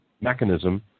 mechanism